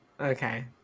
okay